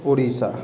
Orissa